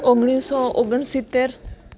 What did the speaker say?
ઓગણીસસો ઓગણસિત્તેર